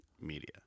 media